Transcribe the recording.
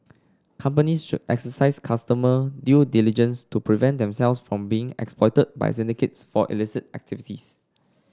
companies should exercise customer due diligence to prevent themselves from being exploited by syndicates for illicit activities